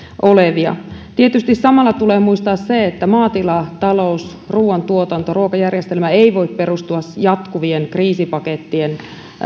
olevia tietysti samalla tulee muistaa se että maatilatalous ruuantuotanto ruokajärjestelmä ei voi perustua jatkuvien kriisipakettien